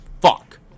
Fuck